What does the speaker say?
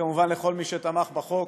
וכמובן לכל מי שתמך בחוק.